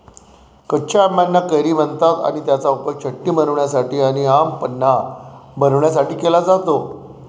कच्या आंबाना कैरी म्हणतात आणि त्याचा उपयोग चटणी बनवण्यासाठी आणी आम पन्हा बनवण्यासाठी केला जातो